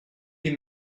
die